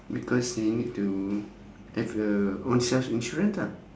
because they need to have a ownself insurance lah